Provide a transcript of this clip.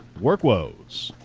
work woes.